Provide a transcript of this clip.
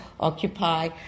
Occupy